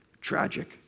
tragic